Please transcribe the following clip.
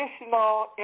additional